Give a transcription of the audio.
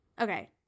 okay